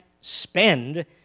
spend